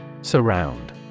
Surround